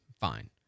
fine